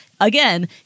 again